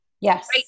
Yes